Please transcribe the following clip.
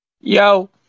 Yo